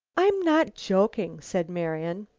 i'm not joking, said marian.